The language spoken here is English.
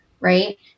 right